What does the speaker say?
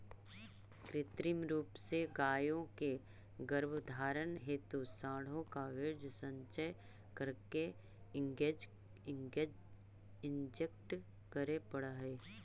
कृत्रिम रूप से गायों के गर्भधारण हेतु साँडों का वीर्य संचय करके इंजेक्ट करे पड़ हई